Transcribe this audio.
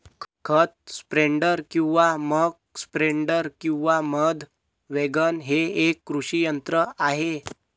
खत स्प्रेडर किंवा मक स्प्रेडर किंवा मध वॅगन हे एक कृषी यंत्र आहे